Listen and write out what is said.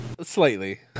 Slightly